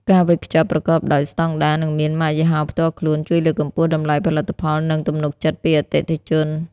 ការវេចខ្ចប់ប្រកបដោយស្ដង់ដារ និងមានម៉ាកយីហោផ្ទាល់ខ្លួន ជួយលើកកម្ពស់តម្លៃផលិតផល និងទំនុកចិត្តពីអតិថិជន។